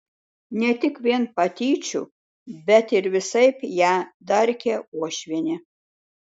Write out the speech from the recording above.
ne tik vien patyčių bet ir visaip ją darkė uošvienė